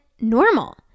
normal